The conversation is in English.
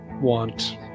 want